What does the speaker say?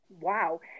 wow